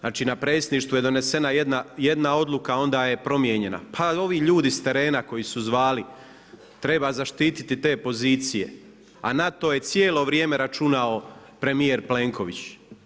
Znači na predsjedništvu je donesena jedna odluka, onda je promijenjena, pa i ovi ljudi s terena koji su zvali, treba zaštititi te pozicije, a na to je cijelo vrijeme računao premijer Plenković.